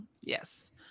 Yes